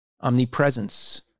omnipresence